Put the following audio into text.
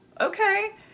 okay